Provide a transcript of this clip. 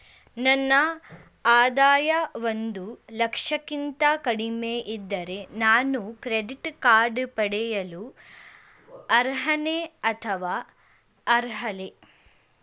ನನ್ನ ಆದಾಯ ಒಂದು ಲಕ್ಷಕ್ಕಿಂತ ಕಡಿಮೆ ಇದ್ದರೆ ನಾನು ಕ್ರೆಡಿಟ್ ಕಾರ್ಡ್ ಪಡೆಯಲು ಅರ್ಹನೇ ಅಥವಾ ಅರ್ಹಳೆ?